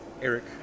Eric